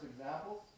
examples